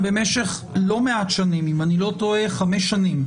במשך לא מעט שנים, אם אני לא טועה חמש שנים,